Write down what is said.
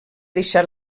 deixat